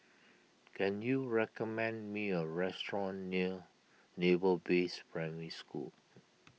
can you recommend me a restaurant near Naval Base Primary School